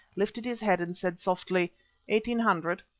lifted his head and said softly eighteen hundred.